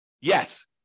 Yes